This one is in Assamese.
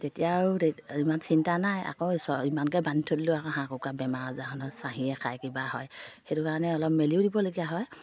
তেতিয়া আৰু ইমান চিন্তা নাই আকৌ ইমানকৈ বান্ধি থৈ দিলেও আকৌ হাঁহ কুকুৰা বেমাৰ আজাৰ চাহীয়ে খাই কিবা হয় সেইটো কাৰণে অলপ মেলিও দিবলগীয়া হয়